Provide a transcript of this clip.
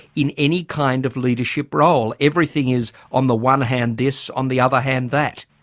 in any kind of leadership role? everything is on the one hand this on the other hand that?